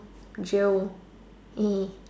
jail